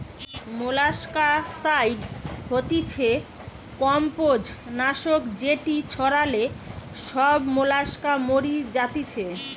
molluscicide হতিছে কম্বোজ নাশক যেটি ছড়ালে সব মোলাস্কা মরি যাতিছে